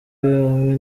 hamwe